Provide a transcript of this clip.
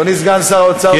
אדוני סגן שר האוצר, בבקשה.